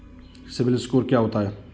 CIBIL score क्या होता है?